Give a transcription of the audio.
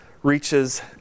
reaches